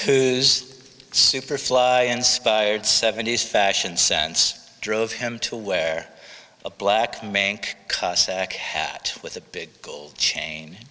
whose superfly inspired seventies fashion sense drove him to wear a black mane hat with a big gold chain